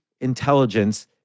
intelligence